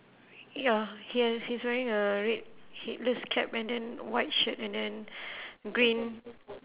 ya he has he's wearing a red headless cap and then white shirt and then green